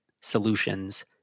solutions